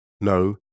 no